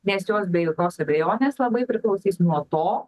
nes jos be jokios abejonės labai priklausys nuo to